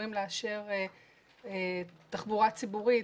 אמורים לאשר תחבורה ציבורית,